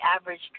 average